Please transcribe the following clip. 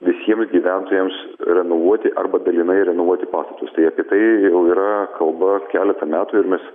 visiems gyventojams renovuoti arba dalinai renovuoti pastatus tai apie tai jau yra kalba keletą metų ir mes